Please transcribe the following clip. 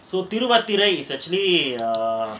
so Thiruvathirai is actually err